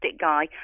guy